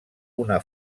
una